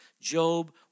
Job